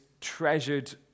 treasured